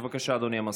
בבקשה, אדוני המזכיר.